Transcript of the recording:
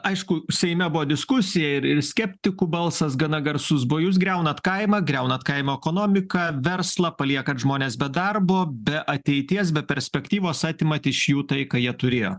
aišku seime buvo diskusija ir ir skeptikų balsas gana garsus buvo jūs griaunat kaimą griaunat kaimo ekonomiką verslą paliekat žmones be darbo be ateities be perspektyvos atimat iš jų tai ką jie turėjo